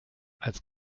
als